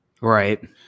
Right